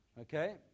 Okay